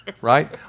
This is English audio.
right